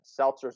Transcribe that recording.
seltzers